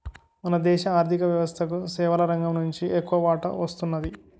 మన దేశ ఆర్ధిక వ్యవస్థకు సేవల రంగం నుంచి ఎక్కువ వాటా వస్తున్నది